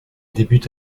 débute